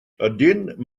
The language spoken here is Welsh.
ydyn